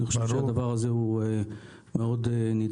אני חושב שהדבר הזה מאוד נדרש.